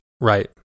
Right